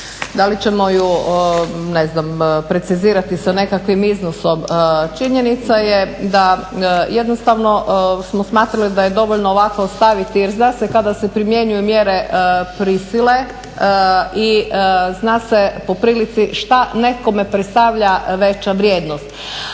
da li ćemo je ne znam precizirati sa nekakvim iznosom? Činjenica je da jednostavno smo smatrali da je dovoljno ovako ostaviti jer zna se kada se primjenjuju mjere prisile i zna se po prilici što nekome predstavlja veća vrijednost.